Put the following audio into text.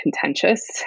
contentious